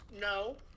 No